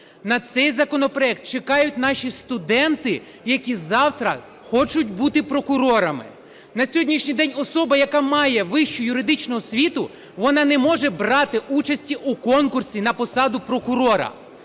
на цей законопроект чекають наші студенти, які завтра хочуть бути прокурорами. На сьогоднішній день особа, яка має вищу юридичну освіту, вона не може брати участі у конкурсі на посаду прокурора,